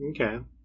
Okay